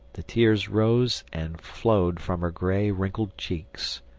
the tears rose and flowed from her grey wrinkled cheeks,